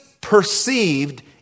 perceived